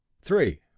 three